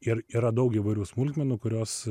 ir yra daug įvairių smulkmenų kurios